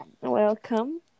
welcome